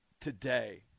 today